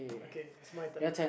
okay it's my turn